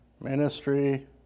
ministry